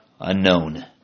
unknown